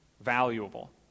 valuable